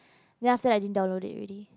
then after that I didn't download it already